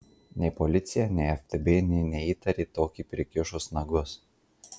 nei policija nei ftb nė neįtarė tokį prikišus nagus